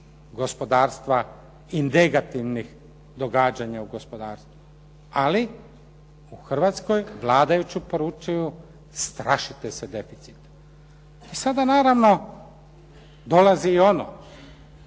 gospodarstva i negativnih događanja u gospodarstvu. Ali u Hrvatskoj vladajući poručuju strašite se deficita. I sada naravno dolazi i ono